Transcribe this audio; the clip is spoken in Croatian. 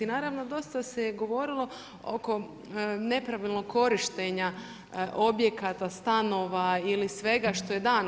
I naravno, dosta se je govorilo oko nepravilnog korištenja, objekata, stanova ili svega što je dano.